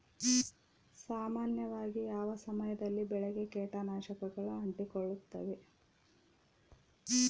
ಸಾಮಾನ್ಯವಾಗಿ ಯಾವ ಸಮಯದಲ್ಲಿ ಬೆಳೆಗೆ ಕೇಟನಾಶಕಗಳು ಅಂಟಿಕೊಳ್ಳುತ್ತವೆ?